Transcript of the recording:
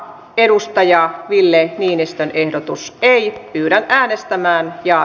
edustaja ville niinistön ehdotus ei yllä äänestämään ja